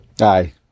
Aye